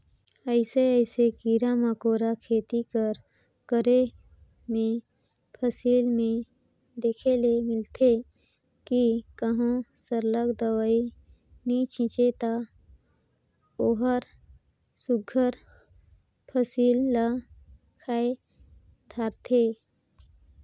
अइसे अइसे कीरा मकोरा खेती कर करे में फसिल में देखे ले मिलथे कि कहों सरलग दवई नी छींचे ता ओहर सुग्घर फसिल ल खाए धारथे